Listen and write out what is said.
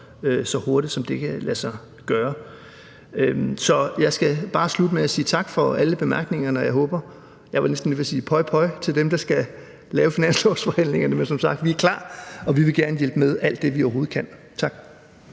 så hurtigt, som det kan lade sig gøre. Så jeg skal bare slutte med at sige tak for alle bemærkningerne. Og jeg var næsten lige ved at sige pøj-pøj til dem, der skal være med i finanslovsforhandlingerne, men vi er som sagt klar, og vi vil gerne hjælpe med alt det, vi overhovedet kan. Tak.